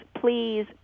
please